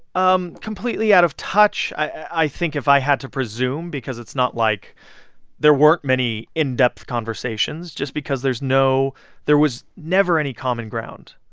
um completely out of touch i think if i had to presume because it's not like there weren't many in-depth conversations just because there's no there was never any common ground,